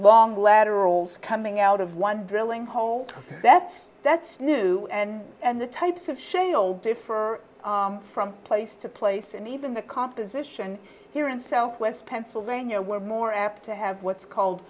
long laterals coming out of one drilling hole that's that's new and the types of shale differ from place to place and even the composition here in southwest pennsylvania were more apt to have what's called